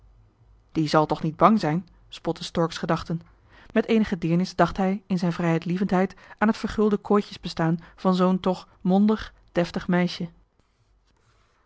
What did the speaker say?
die zal toch niet bang zijn spotten stork's gedachten met eenige deernis dacht hij in zijn vrijheidlievendheid aan het vergulde kooitjes bestaan van zoo'n toch mondig deftig meisje